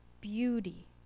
beauty